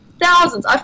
thousands